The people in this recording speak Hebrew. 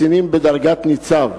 קצינים בדרגת ניצב.